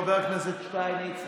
חבר הכנסת שטייניץ,